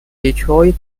detroit